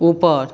उपर